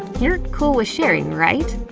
you're cool with sharing, right?